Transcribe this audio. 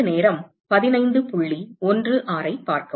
இது 1